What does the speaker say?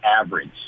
average